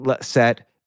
set